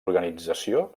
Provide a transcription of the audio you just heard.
organització